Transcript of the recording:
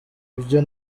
byo